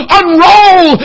unroll